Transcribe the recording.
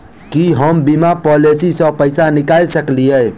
की हम बीमा पॉलिसी सऽ पैसा निकाल सकलिये?